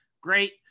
Great